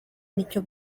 n’icyo